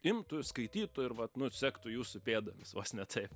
imtų skaitytų ir vat nu sektų jūsų pėdomis vos ne taip